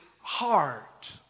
heart